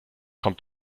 kommt